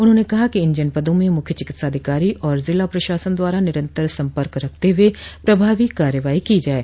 उन्होंने कहा कि इन जनपदों में मुख्य चिकित्साधिकारी और जिला प्रशासन द्वारा निरन्तर सम्पर्क रखते हुए प्रभावी कार्रवाई की जाये